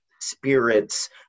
spirits